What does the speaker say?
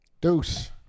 Deuce